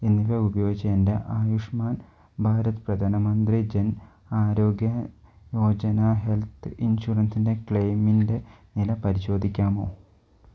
എന്നിവ ഉപയോഗിച്ച് എൻ്റെ ആയുഷ്മാൻ ഭാരത് പ്രധാനമന്ത്രി ജൻ ആരോഗ്യ യോജന ഹെൽത്ത് ഇൻഷുറൻസിൻ്റെ ക്ലെയിമിൻ്റെ നില പരിശോധിക്കാമോ